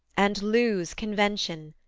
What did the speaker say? and lose convention,